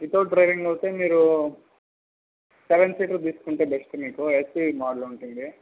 without driving అవుతే మీరు seven seater తీసుకుంటే బెస్ట్ మీకు ఎస్యూవి మోడల్ ఉంటుంది